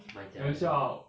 卖家 then